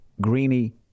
greeny